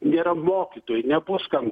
nėra mokytojų nebus kam